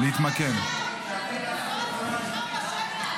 אנחנו איתך.